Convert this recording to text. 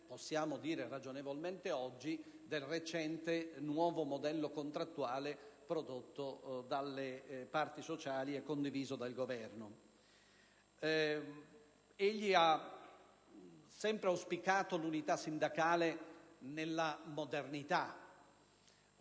possiamo dire ragionevolmente oggi - del recente nuovo modello contrattuale prodotto dalle parti sociali e condiviso dal Governo. Egli ha sempre auspicato l'unità sindacale nella modernità.